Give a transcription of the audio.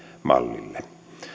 mallille